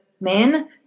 men